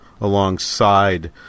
alongside